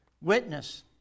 Witness